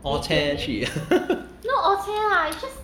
orh ceh 去